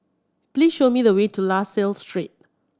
please show me the way to La Salle Street